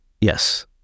Yes